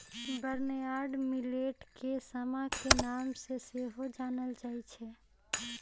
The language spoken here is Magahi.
बर्नयार्ड मिलेट के समा के नाम से सेहो जानल जाइ छै